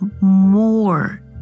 more